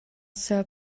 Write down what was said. sir